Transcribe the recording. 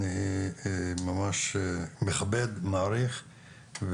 אני ממש מכבד ומעריך,